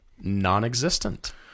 non-existent